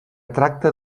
tracta